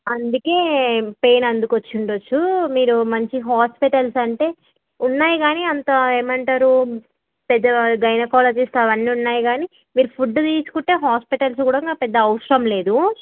అందుకే పెయిన్ అందుకు వచ్చి ఉండొచ్చు మీరు మంచి హాస్పిటల్స్ అంటే ఉన్నాయి కానీ అంత ఏమంటారు పెద్ద గైనకాలజిస్ట్ అవన్నీ ఉన్నాయి కానీ మీరు ఫుడ్డు తీసుకుంటే హాస్పిటల్స్ కూడా పెద్దగా అవసరం లేదు